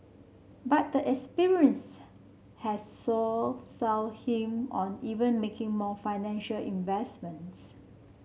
but the experience has him on even making more financial investments